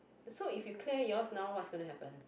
so if you clear yours now what's gonna happen